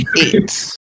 eight